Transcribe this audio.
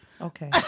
Okay